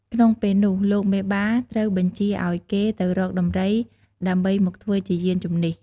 ក្នុងពេលនោះ លោកមេបាត្រូវបញ្ជាឲ្យគេទៅរកដំរី ដើម្បីមកធ្វើជាយានជំនិះ។